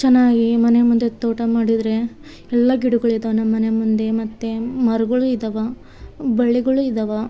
ಚೆನ್ನ್ನಾಗಿ ಮನೆ ಮುಂದೆ ತೋಟ ಮಾಡಿದರೆ ಎಲ್ಲ ಗಿಡಗಳಿದಾವೆ ನಮ್ಮಮನೆ ಮುಂದೆ ಮತ್ತು ಮರಗಳು ಇದಾವೆ ಬಳ್ಳಿಗಳೂ ಇದಾವೆ